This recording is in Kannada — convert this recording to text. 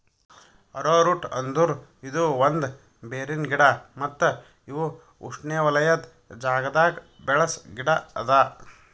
ಅರೋರೂಟ್ ಅಂದುರ್ ಇದು ಒಂದ್ ಬೇರಿನ ಗಿಡ ಮತ್ತ ಇವು ಉಷ್ಣೆವಲಯದ್ ಜಾಗದಾಗ್ ಬೆಳಸ ಗಿಡ ಅದಾ